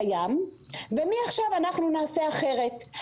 קיים ומעכשיו אנחנו נעשה אחרת.